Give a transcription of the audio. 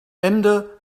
ende